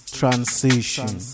transition